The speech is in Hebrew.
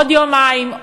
עוד יומיים,